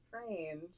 Strange